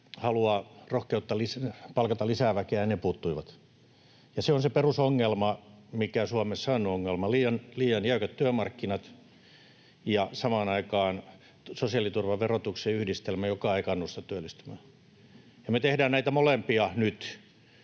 halua ja rohkeutta palkata lisää väkeä. Ja se on se perusongelma, mikä Suomessa on ongelma: liian jäykät työmarkkinat ja samaan aikaan sosiaaliturvan ja verotuksen yhdistelmä, joka ei kannusta työllistymään. Me tehdään näitä molempia nyt,